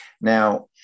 now